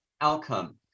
outcome